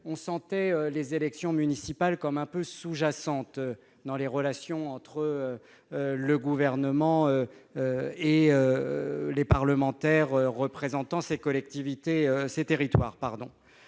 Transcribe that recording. on sentait que les élections municipales étaient sous-jacentes dans les relations entre le Gouvernement et les parlementaires représentant ces territoires.